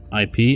IP